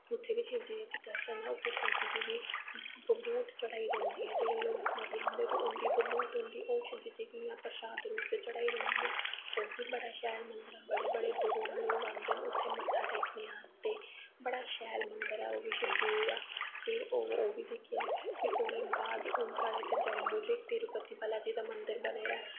उत्थें गा शिव जी ते उत्थें गै शिवजी भवूत चढ़ाई जंदी ऐ जिसलै लोग मरी जंदे ते उंदी भवूत शिव जी दे परशाद रूप च चढ़ाई जंदी ऐ ओह् बी बड़ा शैल लोग बड़े ड़े दूरों आंदे उत्थें मत्था टेकने आं अस ते बड़ा शैल मन्दर ऐ ओह् शिवजी दी ते ओह बी दिक्खेआ ओह्दे बाद हून साढ़े जम्मू च इक तिरुपति जी दी मन्दर बने दा ऐ